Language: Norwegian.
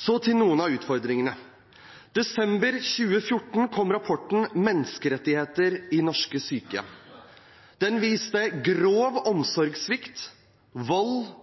Så til noen av utfordringene. I desember 2014 kom rapporten «Menneskerettigheter i norske sykehjem». Den viste grov omsorgssvikt, vold